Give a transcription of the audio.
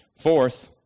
Fourth